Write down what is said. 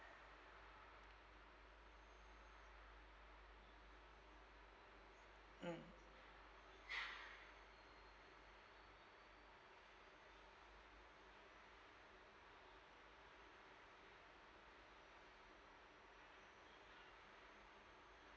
mm